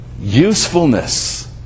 Usefulness